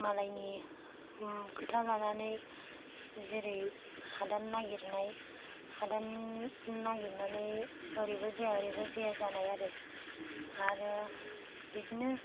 मालायनि खोथा लानानै जेरै हादान नागिरनाय हादान नागिरनानै ओरैबो जाया ओरैबो जाया जानाय आरो आरो बिदिनो